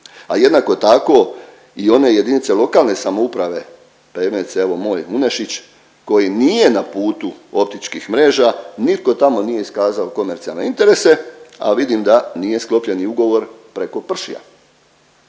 A jednako tako i ono jedinice lokalne samouprave primjerice evo moj Unešić koji nije na putu optičkih mreža nitko tamo nije iskazao komercijalne interese, a vidim nije sklopljen ni ugovor preko PRŠI-a.